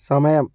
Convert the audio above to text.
സമയം